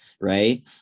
Right